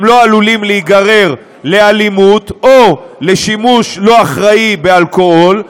הם לא עלולים להיגרר לאלימות או לשימוש לא אחראי באלכוהול,